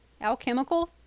Alchemical